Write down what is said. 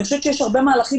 יש הרבה מהלכים